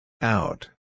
Out